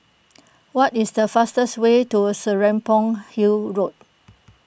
what is the fastest way to Serapong Hill Road